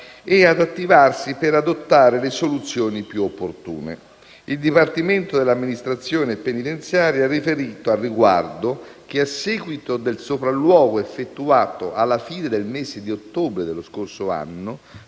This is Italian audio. e ad attivarsi per adottare le soluzioni più opportune. Il Dipartimento dell'amministrazione penitenziaria ha riferito, al riguardo, che, a seguito del sopralluogo effettuato alla fine del mese di ottobre dello scorso anno